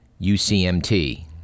UCMT